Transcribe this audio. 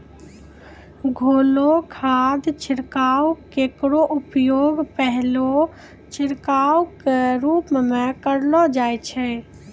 घोललो खाद छिड़काव केरो उपयोग पहलो छिड़काव क रूप म करलो जाय छै